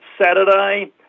Saturday